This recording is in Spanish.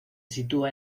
sitúa